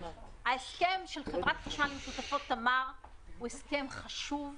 ההסכם של חברת החשמל עם שותפות תמר הוא הסכם חשוב,